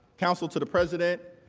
council to the president,